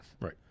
Right